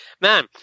Man